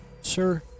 sir